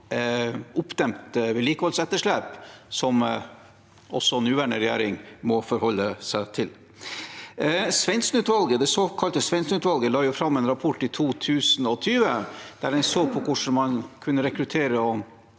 oppdemmet vedlikeholdsetterslep, som også nåværende regjering må forholde seg til. Det såkalte Svendsen-utvalget la fram en rapport i 2020 der en så på hvordan man kunne rekruttere